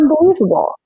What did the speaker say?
unbelievable